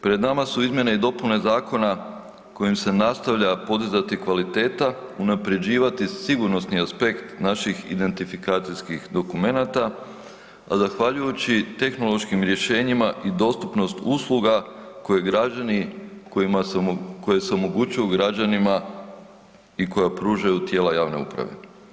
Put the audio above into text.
Pred nama su izmjene i dopune zakona kojim se nastavlja podizati kvaliteta, unapređivati sigurnosni aspekt naših identifikacijskih dokumenata, a zahvaljujući tehnološkim rješenjima i dostupnost usluga koje se omogućuju građanima i koja pružaju tijela javne uprave.